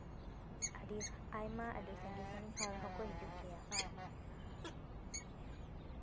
ᱟᱹᱰᱤ ᱟᱭᱢᱟ ᱟᱹᱰᱤ ᱥᱟᱺᱜᱤᱧ ᱥᱟᱺᱜᱤᱧ ᱦᱚᱲ ᱦᱚᱸᱠᱚ ᱦᱤᱡᱩᱜ ᱜᱮᱭᱟ